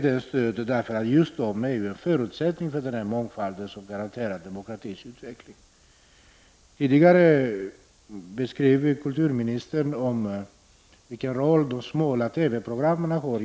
De är en förutsättning för den mångfald som garanterar demokratins utveckling. Tidigare beskrev kulturministern vilken roll de smala TV-programmen spelar.